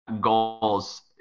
goals